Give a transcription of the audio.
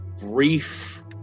brief